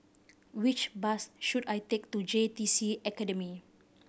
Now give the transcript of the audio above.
which bus should I take to J T C Academy